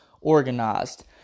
organized